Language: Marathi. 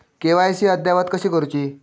के.वाय.सी अद्ययावत कशी करुची?